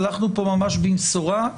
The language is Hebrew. הלכנו פה ממש במשורה,